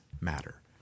matter